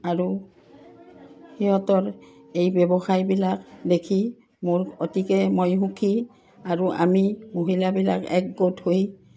আৰু সিহঁতৰ এই ব্যৱসায়বিলাক দেখি মোৰ অতিকৈ মই সুখী আৰু আমি মহিলাবিলাক একগোট হৈ